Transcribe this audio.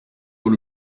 dans